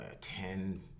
ten